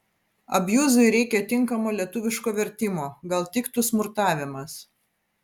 abjuzui reika tinkamo lietuviško vertimo gal tiktų smurtavimas